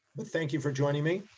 but thank you for joining me.